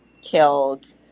killed